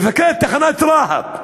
מפקד תחנת רהט,